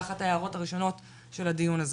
אחת ההערות הראשונות של הדיון הזה.